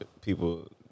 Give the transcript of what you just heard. people